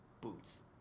boots